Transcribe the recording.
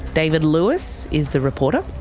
david lewis is the reporter.